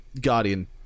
guardian